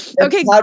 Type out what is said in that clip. Okay